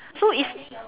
so it's